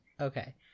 Okay